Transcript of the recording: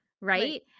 Right